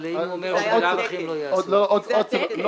אני עזבתי הכול,